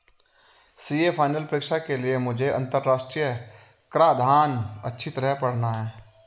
CA final परीक्षा के लिए मुझे अंतरराष्ट्रीय कराधान अच्छी तरह पड़ना है